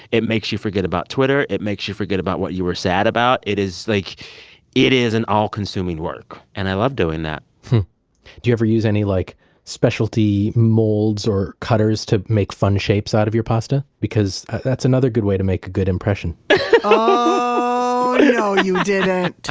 it makes you forget about twitter. it makes you forget about what you were sad about. it is like it is an all consuming work and i love doing that do you ever use any like specialty molds or cutters to make fun shapes out of your pasta? because that's another way to make a good impression oh, no you didn't!